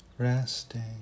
Resting